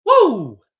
Woo